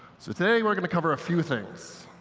so today we're going to cover a few things.